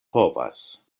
povas